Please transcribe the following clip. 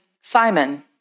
Simon